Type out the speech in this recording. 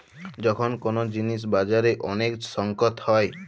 যখল কল জিলিস বাজারে ওলেক সংকট হ্যয়